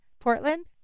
Portland